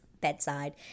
bedside